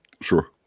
sure